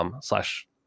slash